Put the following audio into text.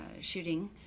shooting